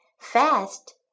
Fast